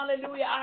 Hallelujah